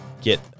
get